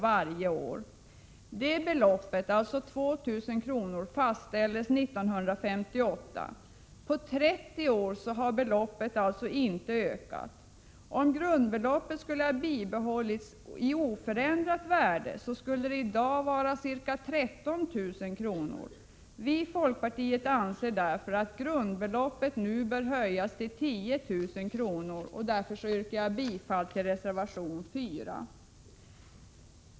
per år. Det beloppet fastställdes 1958. På 30 år har beloppet alltså inte ökats. Om grundbeloppet skulle ha bibehållits oförändrat i värde skulle det i dag vara ca 13 000 kr. Vi i folkpartiet anser därför att grundbeloppet nu bör höjas till 10 000 kr. Därför yrkar jag bifall till reservation 4.